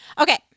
Okay